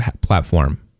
platform